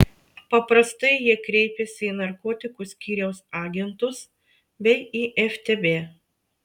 paprastai jie kreipiasi į narkotikų skyriaus agentus bei į ftb